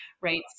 right